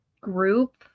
group